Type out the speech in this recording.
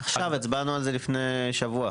הצבענו על זה לפני שבוע.